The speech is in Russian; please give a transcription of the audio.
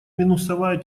минусовая